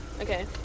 Okay